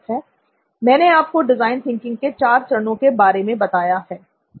मैंने आपको design thinking के चार चरणों के बारे में आपको बताया है